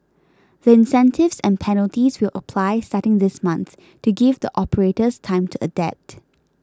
the incentives and penalties will apply starting this month to give the operators time to adapt